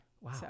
Wow